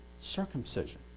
circumcision